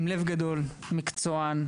הוא מקצוען,